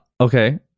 okay